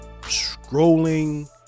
scrolling